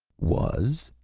was?